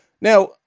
Now